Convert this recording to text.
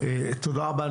תודה רבה.